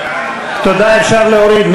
תודה, אפשר להוריד.